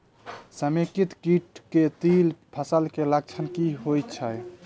समेकित कीट केँ तिल फसल मे लक्षण की होइ छै?